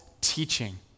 teaching